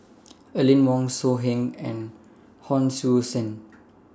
Aline Wong So Heng and Hon Sui Sen